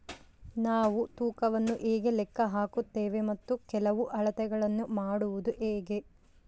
ನಾವು ತೂಕವನ್ನು ಹೇಗೆ ಲೆಕ್ಕ ಹಾಕುತ್ತೇವೆ ಮತ್ತು ಕೆಲವು ಅಳತೆಗಳನ್ನು ಮಾಡುವುದು ಹೇಗೆ?